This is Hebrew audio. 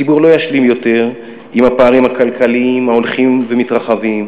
הציבור לא ישלים יותר עם הפערים הכלכליים ההולכים ומתרחבים,